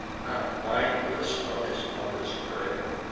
not mindless of his mother's pray'r,